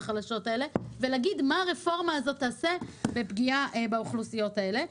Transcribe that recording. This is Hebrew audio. כדי להגיד איך הרפורמה הזאת תשפיע על האוכלוסיות האלו.